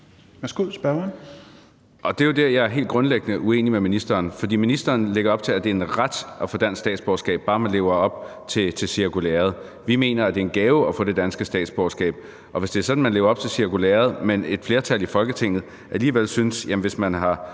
Det er jo der, jeg helt grundlæggende er uenig med ministeren. For ministeren lægger op til, at det er en ret at få dansk statsborgerskab, bare man lever op til cirkulæret. Vi mener, at det er en gave at få det danske statsborgerskab, og hvis det er sådan, at man lever op til cirkulæret, men et flertal i Folketinget alligevel synes, at man, hvis man har